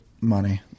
Money